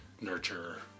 nurture